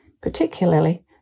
particularly